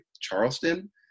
Charleston